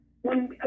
one